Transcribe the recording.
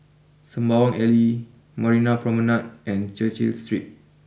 Sembawang Alley Marina Promenade and Cecil Street